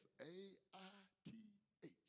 F-A-I-T-H